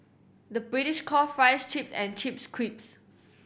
the British calls fries chips and chips crisps